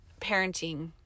parenting